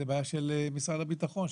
זו בעיה של משרד הביטחון,